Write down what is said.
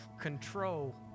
control